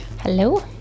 hello